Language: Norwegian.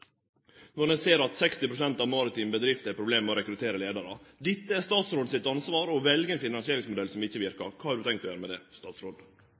Ein ser at 60 pst. av maritime bedrifter har problem med å rekruttere leiarar. Dette er statsråden sitt ansvar – ein har valt ein finansieringsmodell som ikkje verker. Kva har statsråden tenkt å gjere med det?